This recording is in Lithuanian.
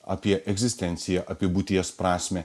apie egzistenciją apie būties prasmę